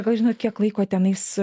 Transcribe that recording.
gal žinot kiek laiko tenais